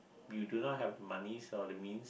you do not have money or the means